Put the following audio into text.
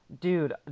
Dude